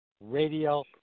Radio